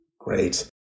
Great